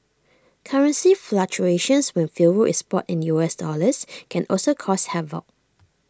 currency fluctuations when fuel is bought in U S dollars can also cause havoc